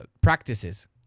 practices